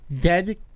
dead